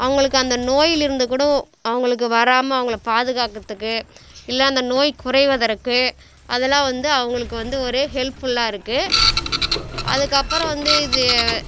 அவங்களுக்கு அந்த நோயிலிருந்து கூட அவங்களுக்கு வராமல் அவங்கள பாதுகாக்கிறதுக்கு இல்லை அந்த நோய் குறைவதற்கு அதலாம் வந்து அவங்களுக்கு வந்து ஒரு ஹெல்ப்ஃபுல்லாக இருக்குது அதுக்கு அப்புறம் வந்து இது